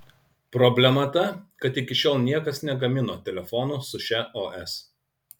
problema ta kad iki šiol niekas negamino telefonų su šia os